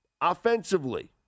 offensively